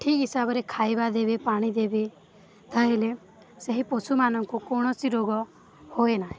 ଠିକ ହିସାବରେ ଖାଇବା ଦେବେ ପାଣି ଦେବେ ତାହେଲେ ସେହି ପଶୁମାନଙ୍କୁ କୌଣସି ରୋଗ ହୁଏନାହିଁ